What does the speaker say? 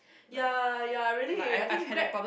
ya ya really I think Grab